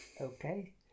okay